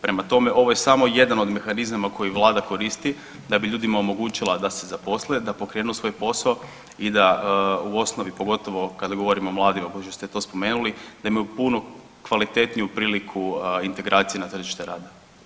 Prema tome, ovo je samo jedan od mehanizama koji vlada koristi da bi ljudima omogućila da se zaposle, da pokrenu svoj posao i da u osnovi pogotovo kada govorimo o mladima, pošto ste to spomenuli da imaju puno kvalitetniju priliku integracije na tržište rada.